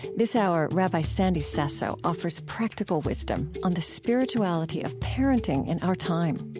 this hour, rabbi sandy sasso offers practical wisdom on the spirituality of parenting in our time